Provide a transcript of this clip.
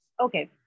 Okay